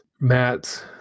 Matt